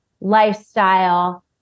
lifestyle